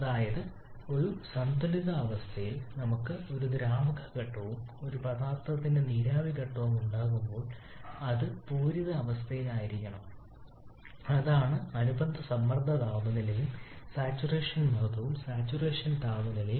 അതായത് ഒരു സന്തുലിതാവസ്ഥയിൽ നമുക്ക് ഒരു ദ്രാവക ഘട്ടവും ഒരേ പദാർത്ഥത്തിന്റെ നീരാവി ഘട്ടവും ഉണ്ടാകുമ്പോൾ അത് പൂരിത അവസ്ഥയിൽ ആയിരിക്കണം അതാണ് അനുബന്ധ സമ്മർദ്ദവും താപനിലയും സാച്ചുറേഷൻ മർദ്ദവും സാച്ചുറേഷൻ താപനിലയും